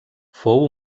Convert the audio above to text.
fou